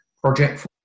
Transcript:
project